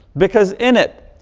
because in it,